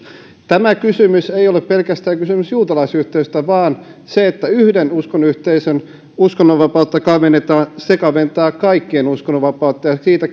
tämä kysymys ei ole pelkästään kysymys juutalaisyhteisöstä vaan siitä että kun yhden uskonyhteisön uskonnonvapautta kavennetaan se kaventaa kaikkien uskonnonvapautta siitä